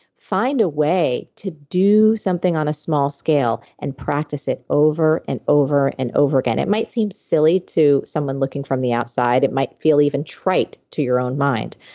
find a way to do something on a small scale and practice it over and over and over again. it might seem silly to someone looking from the outside. it might feel even trite to your own mind,